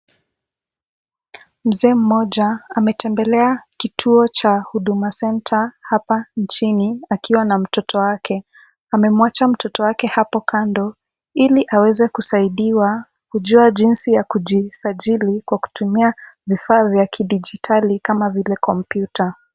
Mzee mmoja ametembelea kituo cha Huduma Center hapa nchini akiwa na mtoto wake. Amemwacha mtoto wake hapo kando ili aweze kisaidiwa kujua jinsi ya kujisajili kwa kutumia vifaa vya kidijitali kama vile kompyuta.